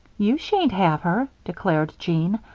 you shan't have her, declared jean.